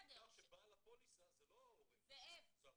--- שבעל הפוליסה זה לא ההורה, זה הרשות.